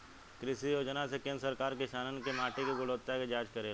कृषि योजना से केंद्र सरकार किसानन के माटी के गुणवत्ता के जाँच करेला